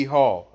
Hall